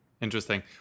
Interesting